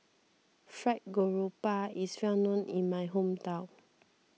Fried Garoupa is well known in my hometown